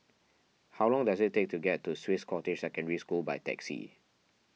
how long does it take to get to Swiss Cottage Secondary School by taxi